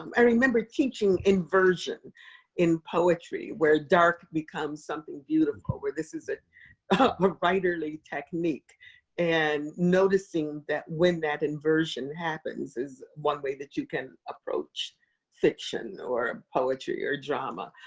um i remember teaching inversion in poetry where dark becomes something beautiful, where this is a writerly technique and noticing that when that inversion happens is one way that you can approach fiction or poetry or drama.